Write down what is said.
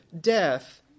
death